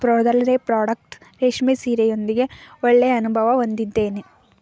ಪ್ರೊದಲನೇ product ರೇಷ್ಮೆ ಸೀರೆಯೊಂದಿಗೆ ಒಳ್ಳೆಯ ಅನುಭವ ಹೊಂದಿದ್ದೇನೆ